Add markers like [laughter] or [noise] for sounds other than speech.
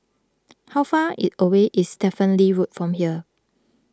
how far [unintelligible] away is Stephen Lee Road from here